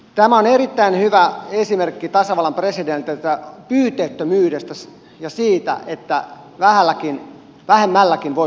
tämä on erittäin hyvä esimerkki tasavallan presidentiltä pyyteettömyydestä ja siitä että vähemmälläkin voi tulla toimeen